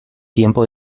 tiempo